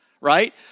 Right